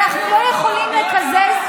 אנחנו לא יכולים לקזז,